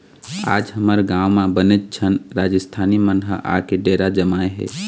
आज हमर गाँव म बनेच झन राजिस्थानी मन ह आके डेरा जमाए हे